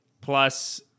plus